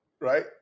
right